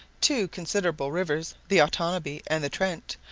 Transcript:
two considerable rivers, the otanabee and the trent,